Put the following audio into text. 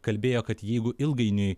kalbėjo kad jeigu ilgainiui